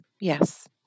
Yes